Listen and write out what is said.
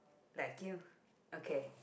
like you okay